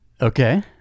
Okay